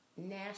National